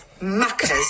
muckers